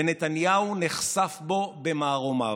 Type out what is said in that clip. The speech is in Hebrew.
ונתניהו נחשף בו במערומיו,